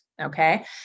Okay